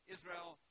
Israel